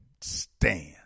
stand